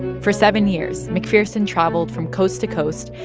for seven years, mcpherson traveled from coast to coast,